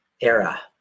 era